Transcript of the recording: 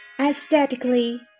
aesthetically